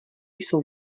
jsou